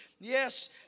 Yes